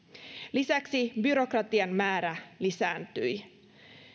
lisäksi byrokratian määrä lisääntyi